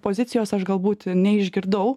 pozicijos aš galbūt neišgirdau